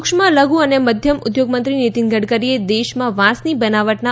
સૂક્ષ્મ લઘુ અને મધ્યમ ઉદ્યોગમંત્રી નિતિન ગડકરીએ દેશમાં વાંસની બનાવટના